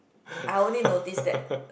I only notice that